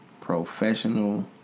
professional